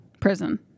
prison